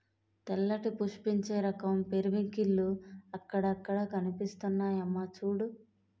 తెల్లటి పుష్పించే రకం పెరివింకిల్లు అక్కడక్కడా కనిపిస్తున్నాయమ్మా చూడూ